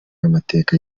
w’amateka